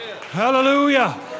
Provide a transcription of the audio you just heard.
Hallelujah